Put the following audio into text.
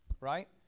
right